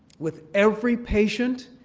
with every patient,